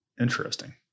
Interesting